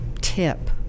tip